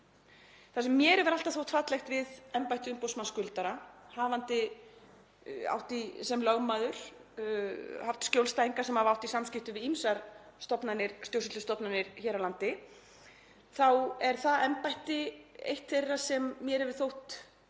Það sem mér hefur alltaf þótt fallegt við embætti umboðsmanns skuldara, hafandi sem lögmaður haft skjólstæðinga sem hafa átt í samskiptum við ýmsar stjórnsýslustofnanir hér á landi, er að það embætti er eitt þeirra sem mér hefur þótt